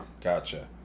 Gotcha